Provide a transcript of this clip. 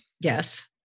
yes